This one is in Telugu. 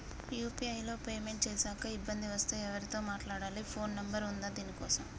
యూ.పీ.ఐ లో పేమెంట్ చేశాక ఇబ్బంది వస్తే ఎవరితో మాట్లాడాలి? ఫోన్ నంబర్ ఉందా దీనికోసం?